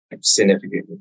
significantly